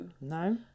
No